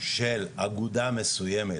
של אגודה מסויימת,